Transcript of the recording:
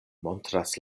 montras